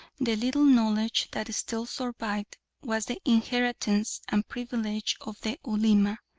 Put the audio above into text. the little knowledge that still survived was the inheritance and privilege of the ulema,